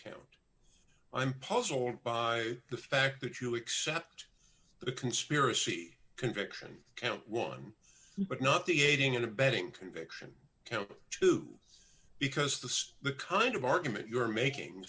him i'm puzzled by the fact that you accept the conspiracy conviction count one but not the aiding and abetting conviction count two because this the kind of argument you're making